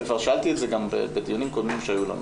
וגם שאלתי את זה בדיונים קודמים שהיו לנו.